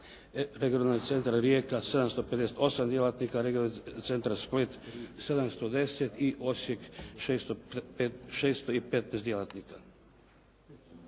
Regionalni centar Rijeka 758 djelatnika. Regionalni centar Split 710 i Osijek 615 djelatnika.